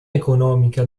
economica